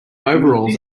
overalls